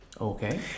Okay